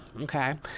Okay